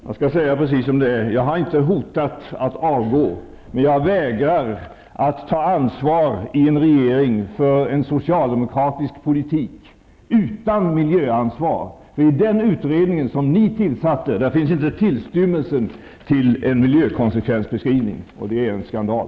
Jag säger precis som det är: Jag har inte hotat att avgå, men jag vägrar att ta ansvar i en regering för en socialdemokratisk politik utan miljöansvar, för i den utredning som ni tillsatte finns inte en tillstymmelse till en miljökonsekvensbeskrivning. Det är en skandal!